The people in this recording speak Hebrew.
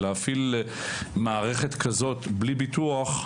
להפעיל מערכת כזאת בלי ביטוח,